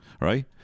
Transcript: right